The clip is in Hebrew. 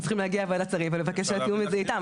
הייתם צריכים להגיע לוועדת השרים ולבקש את התיאום הזה איתם.